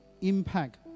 impact